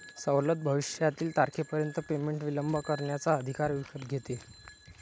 सवलत भविष्यातील तारखेपर्यंत पेमेंट विलंब करण्याचा अधिकार विकत घेते